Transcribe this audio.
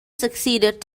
succeeded